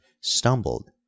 stumbled